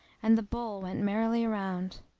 and the bowl went merrily round.